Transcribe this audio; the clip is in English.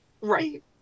Right